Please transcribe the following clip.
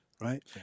Right